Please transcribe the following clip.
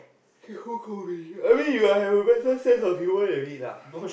who call me I mean you will have a better sense of humour than me lah